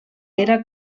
era